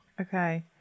Okay